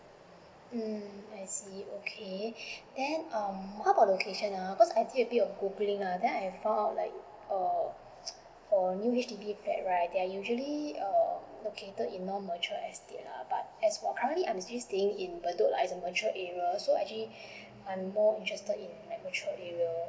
mm I see okay then um how about location ah cause I did a bit of googling la then I fount out like err for new H_D_B flat right they're usually uh located in non matured estate lah as for currently I'm actually staying in decok la it is a matured area area so actually I'm more interested in like matured area